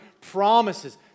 promises